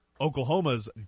Oklahoma's